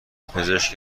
پزشک